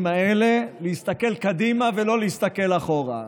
האלה להסתכל קדימה ולא להסתכל אחורה.